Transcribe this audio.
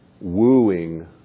wooing